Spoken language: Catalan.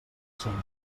senya